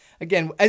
again